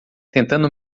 tentando